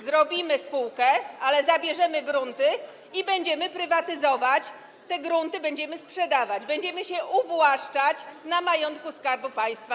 Zrobimy spółkę, ale zabierzemy grunty i będziemy prywatyzować, te grunty będziemy sprzedawać, będziemy się uwłaszczać na majątku Skarbu Państwa.